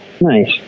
Nice